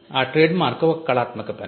ఆ ట్రేడ్మార్క్ ఒక కళాత్మక పని